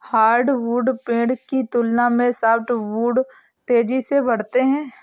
hardwood पेड़ की तुलना में सॉफ्टवुड तेजी से बढ़ते हैं